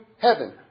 Heaven